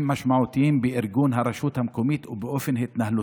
משמעותיים בארגון הרשות המקומית ובאופן התנהלותה.